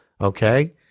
okay